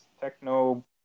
techno